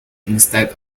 instead